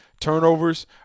Turnovers